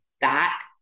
back